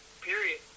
period